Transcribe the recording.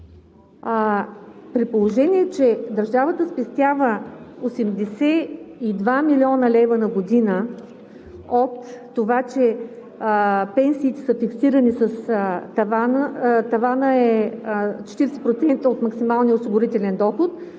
При положение че държавата спестява 82 млн. лв. на година от това, че пенсиите са фиксирани, таванът е 40% от максималния осигурителен доход,